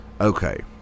okay